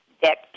deck